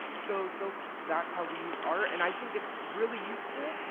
so so that's how we use art. and i think it's really useful,